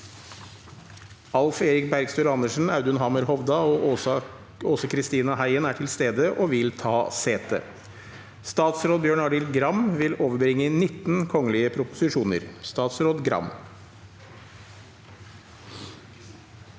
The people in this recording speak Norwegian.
Alf Erik Bergstøl Andersen, Audun Hammer Hovda og Åse Kristina Heien er til stede og vil ta sete. St at srå d Bjørn A ri ld Gra m overbrakte 19 kgl. proposisjoner (se under